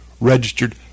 registered